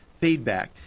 feedback